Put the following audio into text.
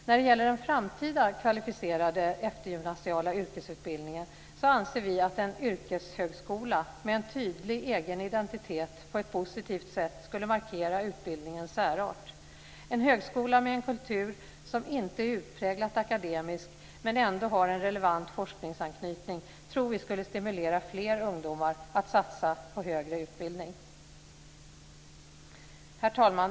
När det gäller den framtida kvalificerade eftergymnasiala yrkesutbildningen anser vi att en yrkeshögskola med en tydlig egen identitet på ett positivt sätt skulle markera utbildningens särart. En högskola med en kultur som inte är utpräglat akademisk men ändå har en relevant forskningsanknytning tror vi skulle stimulera fler ungdomar att satsa på högre utbildning. Herr talman!